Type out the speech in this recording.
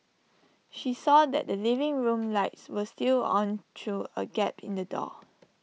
she saw that the living room lights were still on through A gap in the door